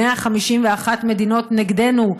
151 מדינות נגדנו,